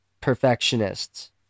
perfectionists